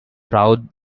proud